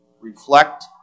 reflect